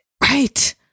right